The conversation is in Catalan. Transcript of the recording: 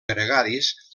gregaris